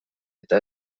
eta